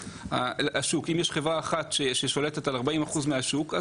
אם יש חברה אחת ששולטת על 40% מהשוק,